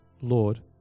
Lord